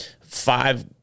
five